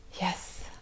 Yes